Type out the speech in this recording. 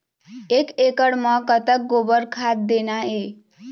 एक एकड़ म कतक गोबर खाद देना ये?